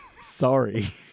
Sorry